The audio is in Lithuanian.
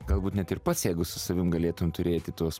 galbūt net ir pats jeigu su savim galėtum turėti tuos